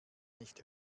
nicht